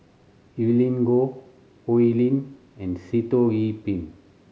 Evelyn Goh Oi Lin and Sitoh Yih Pin